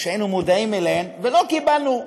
שהיינו מודעים אליהן ולא קיבלנו מענה,